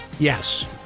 Yes